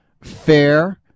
fair